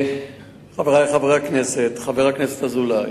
חברי חברי הכנסת, חבר הכנסת אזולאי,